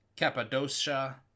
Cappadocia